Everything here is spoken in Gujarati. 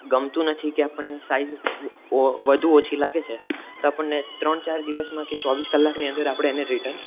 ગમતું નથી કે આપણને સાઇઝ વધુ ઓછી લાગે છે તો આપણને ત્રણ ચાર દિવસમાં કે ચોવીસ કલાકની અંદર આપણે એને રિટર્ન